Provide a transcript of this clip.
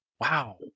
Wow